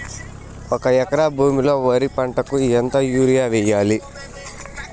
ఒక ఎకరా భూమిలో వరి పంటకు ఎంత యూరియ వేయల్లా?